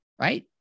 right